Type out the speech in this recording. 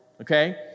okay